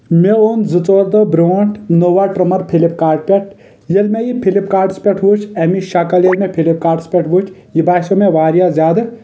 مےٚ اوٚن زٕ ژور دۄہ برونٹھ نووا ٹرمر فلپ کاٹ پٮ۪ٹھ ییٚلہِ مےٚ یہِ فلپ کاٹس پٮ۪ٹھ وٕچھ امیچ شکل ییٚلہِ مےٚ فلپ کاٹس پٮ۪ٹھ وٕچھ یہِ باسیٚو مےٚ واریاہ زیادٕ